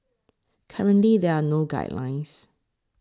currently there are no guidelines